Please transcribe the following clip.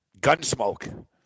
Gunsmoke